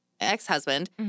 ex-husband